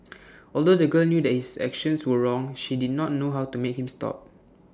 although the girl knew that his actions were wrong she did not know how to make him stop